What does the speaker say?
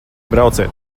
brauciet